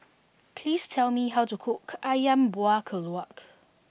please tell me how to cook Ayam Buah Keluak